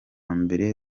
mbere